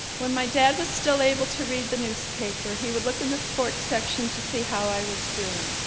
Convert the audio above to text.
when my dad was still able to read the newspaper he would look in the sports section to see how i was doing.